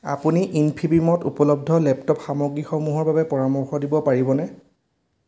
আপুনি ইনফিবিমত উপলব্ধ লেপটপ সামগ্ৰীসমূহৰ বাবে পৰামৰ্শ দিব পাৰিবনে